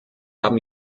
haben